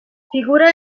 figura